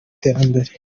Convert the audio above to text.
iterambere